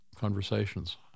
conversations